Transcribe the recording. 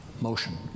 motion